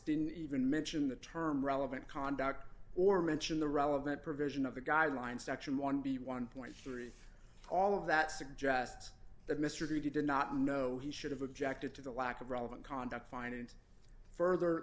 didn't even mention the term relevant conduct or mention the relevant provision of the guidelines section one b one point three all of that suggests the mystery did not know he should have objected to the lack of relevant conduct fine and further